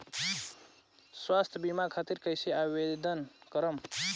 स्वास्थ्य बीमा खातिर कईसे आवेदन करम?